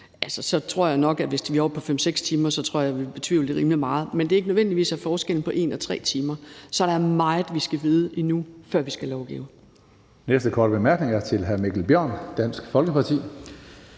Jeg tror nok, at jeg, hvis de er oppe på 5-6 timer, vil betvivle det rimelig meget, men det handler ikke nødvendigvis om forskellen på 1 og 3 timer. Så der er meget, vi skal vide endnu, før vi skal lovgive.